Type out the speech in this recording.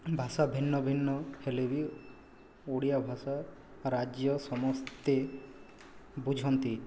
ଭାଷା ଭିନ୍ନ ଭିନ୍ନ ହେଲେ ବି ଓଡ଼ିଆ ଭାଷା ରାଜ୍ୟ ସମସ୍ତେ ବୁଝନ୍ତି